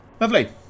Lovely